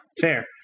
Fair